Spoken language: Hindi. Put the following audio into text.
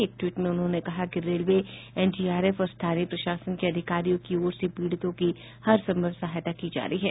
एक ट्वीट में उन्होंने कहा कि रेलवे एनडीआरएफ और स्थानीय प्रशासन के अधिकारियों की ओर से पीडितों की हरसंभव सहायता की जा रही है